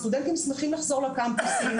הסטודנטים שמחים לחזור לקמפוסים,